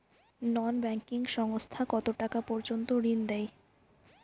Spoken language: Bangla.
নন ব্যাঙ্কিং সংস্থা কতটাকা পর্যন্ত ঋণ দেয়?